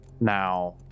now